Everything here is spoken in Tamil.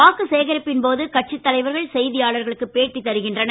வாக்கு சேகரிப்பின் போது கட்சித் தலைவர்கள் செய்தியாளர்களுக்கு பேட்டி தருகின்றனர்